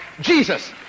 Jesus